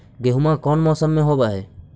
गेहूमा कौन मौसम में होब है?